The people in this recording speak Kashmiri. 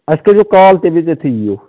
اَسہِ کٔرۍزیٚو کال تیٚمہِ وِزِ یُتھُے یِیِو